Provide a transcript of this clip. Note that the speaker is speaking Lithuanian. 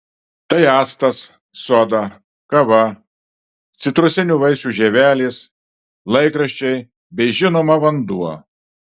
tai actas soda kava citrusinių vaisių žievelės laikraščiai bei žinoma vanduo